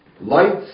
lights